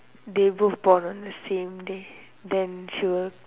they both born on the same day then she was